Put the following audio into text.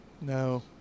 No